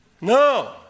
No